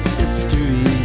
history